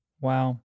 Wow